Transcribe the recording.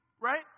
right